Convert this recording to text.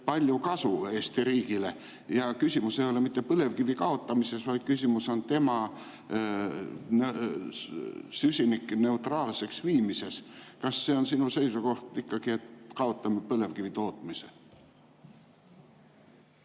palju kasu Eesti riigile. Ja küsimus ei ole mitte põlevkivi kaotamises, vaid küsimus on tema süsinikuneutraalseks viimises. Kas see on ikkagi sinu seisukoht, et kaotame põlevkivi tootmise?